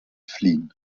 fliehen